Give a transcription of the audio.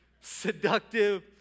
Seductive